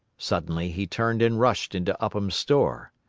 suddenly he turned and rushed into upham's store.